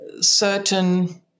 certain